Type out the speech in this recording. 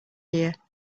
here